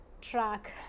track